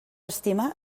estimar